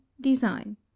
design